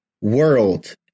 world